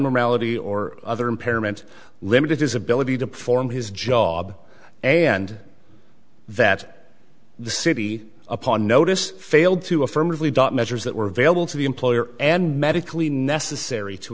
abnormality or other impairment limited his ability to perform his job and that the city upon notice failed to affirmatively dot measures that were available to the employer and medically necessary to